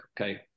okay